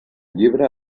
llibre